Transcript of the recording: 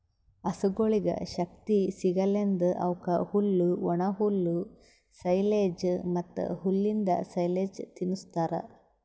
ಹಸುಗೊಳಿಗ್ ಶಕ್ತಿ ಸಿಗಸಲೆಂದ್ ಅವುಕ್ ಹುಲ್ಲು, ಒಣಹುಲ್ಲು, ಸೈಲೆಜ್ ಮತ್ತ್ ಹುಲ್ಲಿಂದ್ ಸೈಲೇಜ್ ತಿನುಸ್ತಾರ್